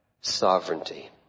sovereignty